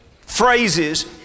phrases